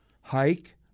hike